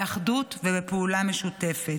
באחדות ובפעולה משותפת.